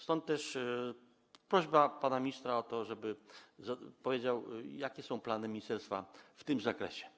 Stąd też prośba do pana ministra o to, żeby powiedział, jakie są plany ministerstwa w tym zakresie.